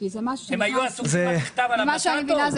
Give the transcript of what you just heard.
הם היו עסוקים במכתב על הבטטות?